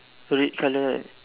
red colour right